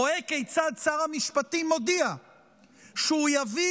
רואה כיצד שר המשפטים מודיע שהוא יביא